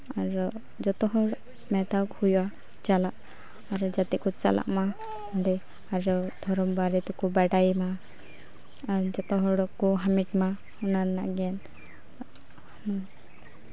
ᱟᱨ ᱡᱚᱛᱚ ᱦᱚᱲ ᱢᱮᱛᱟ ᱠᱚ ᱦᱩᱭᱩᱜᱼᱟ ᱪᱟᱞᱟᱜ ᱟᱨ ᱡᱟᱛᱮ ᱠᱚ ᱪᱟᱞᱟᱜ ᱢᱟ ᱚᱸᱰᱮ ᱟᱨ ᱫᱷᱚᱨᱚᱢ ᱵᱟᱨᱮ ᱛᱮᱠᱚ ᱵᱟᱲᱟᱭ ᱢᱟ ᱟᱨ ᱡᱚᱛᱚ ᱦᱚᱲ ᱠᱚ ᱦᱟᱢᱮᱴ ᱢᱟ ᱚᱱᱟ ᱨᱮᱱᱟᱜ ᱜᱮ